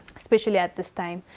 especially at this time.